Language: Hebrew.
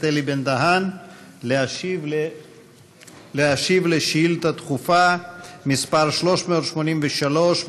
אלי בן-דהן להשיב על שאילתה דחופה מס' 383,